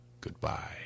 goodbye